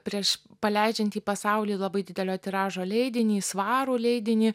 prieš paleidžiant į pasaulį labai didelio tiražo leidinį svarų leidinį